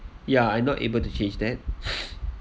ya I not able to change that